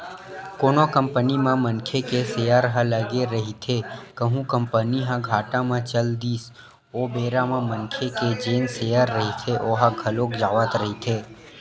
कोनो कंपनी म मनखे के सेयर ह लगे रहिथे कहूं कंपनी ह घाटा म चल दिस ओ बेरा म मनखे के जेन सेयर रहिथे ओहा घलोक जावत रहिथे